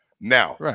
Now